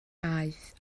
aeth